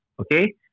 Okay